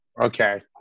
Okay